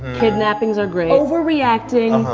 kidnappings are great. overeacting.